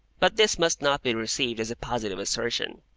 but this must not be received as a positive assertion,